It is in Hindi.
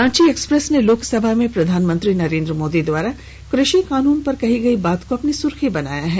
रांची एक्सप्रेस ने लोकसभा में प्रधानमंत्री नरेंद्र मोदी द्वारा कृषि कानून पर कही गयी बात को अपनी सुर्खी बनाया है